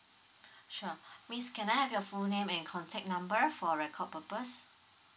sure miss can I have your full name and contact number for record purpose